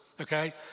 okay